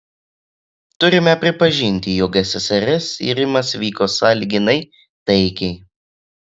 turime pripažinti jog ssrs irimas vyko sąlyginai taikiai